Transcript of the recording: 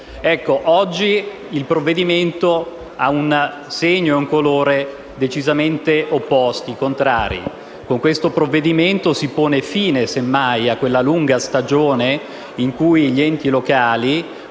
Oggi il provvedimento ha un segno e un colore decisamente opposti. Con questo provvedimento si pone fine semmai alla lunga stagione nel corso della quale